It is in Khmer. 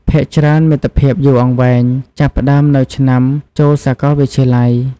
ភាគច្រើន មិត្តភាពយូរអង្វែង ចាប់ផ្តើមនៅឆ្នាំចូលសាកលវិទ្យាល័យ។